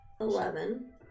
Eleven